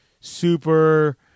super